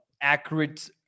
accurate